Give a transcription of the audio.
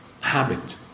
habit